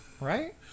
right